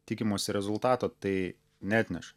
tikimosi rezultato tai neatneša